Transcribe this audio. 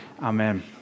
Amen